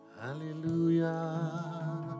Hallelujah